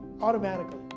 automatically